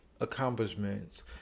accomplishments